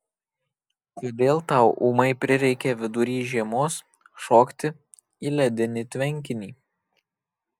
kodėl tau ūmai prireikė vidury žiemos šokti į ledinį tvenkinį